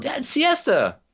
siesta